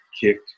kicked